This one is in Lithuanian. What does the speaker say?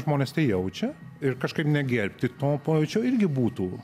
žmonės tai jaučia ir kažkaip negerbti to pojūčio irgi būtų